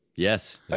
Yes